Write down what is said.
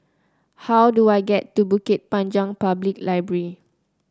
how do I get to Bukit Panjang Public Library